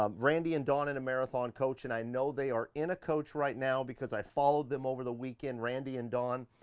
um randy and dawn in a marathon coach and i know they are in a coach right now because i followed them over the weekend. randy and dawn,